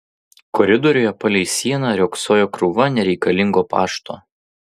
koridoriuje palei sieną riogsojo krūva nereikalingo pašto